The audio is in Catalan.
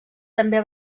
també